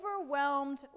overwhelmed